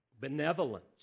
benevolence